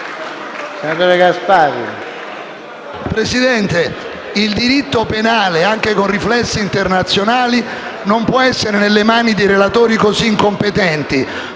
Presidente, il diritto penale, anche con riflessi internazionali, non può essere nelle mani di relatori così incompetenti.